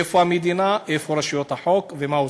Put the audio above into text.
איפה המדינה, איפה רשויות החוק, ומה עושים?